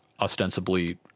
ostensibly